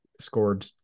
scored